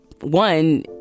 One